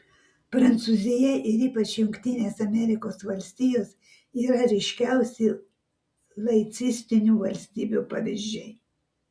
prancūzija ir ypač jungtinės amerikos valstijos yra ryškiausi laicistinių valstybių pavyzdžiai